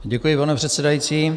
Děkuji, pane předsedající.